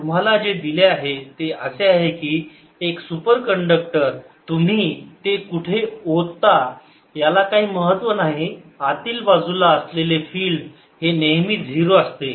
तुम्हाला जे दिले आहे ते असे आहे की एक सुपर कंडक्टर तुम्ही ते कुठे ओतता याला काही महत्त्व नाही आतील बाजूला असलेले फिल्ड हे नेहमी 0 असते